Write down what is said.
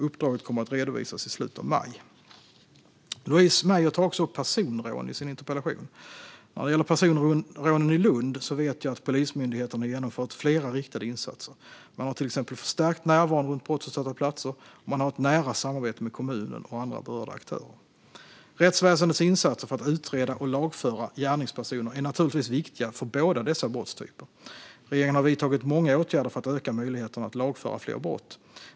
Uppdraget kommer att redovisas i slutet av maj. Louise Meijer tar också upp personrån i sin interpellation. När det gäller personrånen i Lund vet jag att Polismyndigheten har genomfört flera riktade insatser. Man har till exempel förstärkt närvaron runt brottsutsatta platser och har ett nära samarbete med kommunen och andra berörda aktörer. Rättsväsendets insatser för att utreda och lagföra gärningspersoner är naturligtvis viktiga för båda dessa brottstyper. Regeringen har vidtagit många åtgärder för att öka möjligheterna att lagföra fler brott.